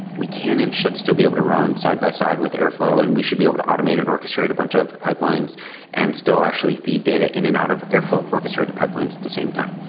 we can and should still be able to run side-by-side with airfl ow and we should be able to automate and orchestrate a bunch of pipelines and still actually feed data in and out of airfl ow orchestrated pipelines at the same time.